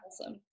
awesome